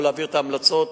או להעביר את ההמלצות